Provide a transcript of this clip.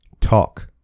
talk